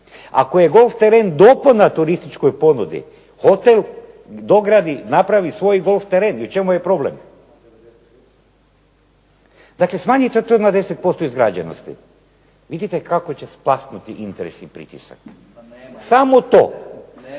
Ako je golf terena dopuna turističkoj dopuni hotel dogradi, napravi svoj golf teren i u čemu je problem? Dakle smanjite to na 10% izgrađenosti, vidite kako će splasnuti interes i pritisak. Samo to.